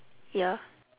ya